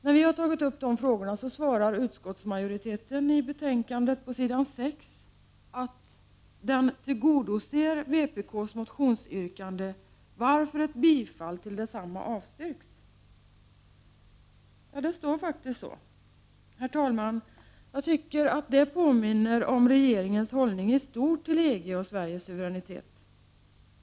När vi tagit upp de frågorna svarar utskottsmajoriteten i betänkandet, på s. 6, att den tillgodoser vpk:s motionsyrkande, ”varför ett bifall till detsamma avstyrks”. Det står faktiskt så. Jag tycker att det påminner om regeringens hållning i stort till EG och Sveriges suveränitet.